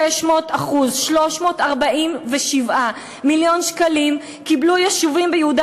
600%. 347 מיליון שקלים קיבלו יישובים ביהודה